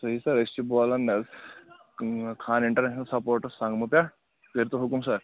صحیح سَر أسۍ چھِ بولان نہ حظ خان اِنٹَرنیشنَل سَپوٹس سنٛگمہٕ پٮ۪ٹھ کٔرۍ تو حُکُم سَر